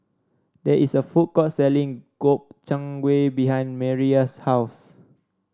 there is a food court selling Gobchang Gui behind Mireya's house